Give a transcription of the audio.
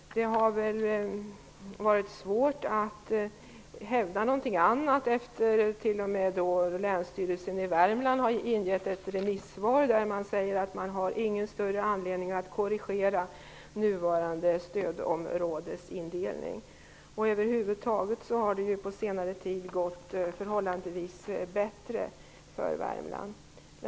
Det har varit svårt att hävda någonting annat, eftersom t.o.m. Länsstyrelsen i Värmland har avgett ett remissvar, där man säger att det inte finns någon större anledning att korrigera nuvarande stödområdesindelning. Över huvud taget har det på senare tid gått förhållandevis bättre för Värmland.